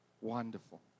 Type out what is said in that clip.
Wonderful